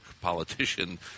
politician